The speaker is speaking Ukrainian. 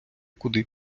куди